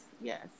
yes